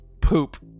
poop